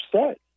Upset